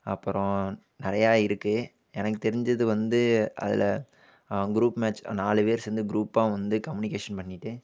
அப்புறம் நிறையா இருக்குது எனக்கு தெரிஞ்சது வந்து அதில் க்ரூப் மேச் நாலு பேர் சேர்ந்து க்ரூப்பாக வந்து கம்யூனிகேஷன் பண்ணிகிட்டு